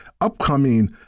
upcoming